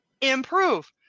Improve